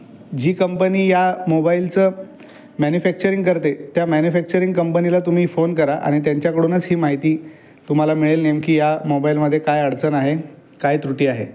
जी company या मोबाईलचं manufacturing करते त्या मॅन्यूफॅक्चरिंग कंपनीला तुम्ही फोन करा आणि त्यांच्याकडूनच ही माहिती तुम्हाला मिळेल नेमकी या मोबाईलमध्ये काय अडचण आहे काय त्रुटी आहे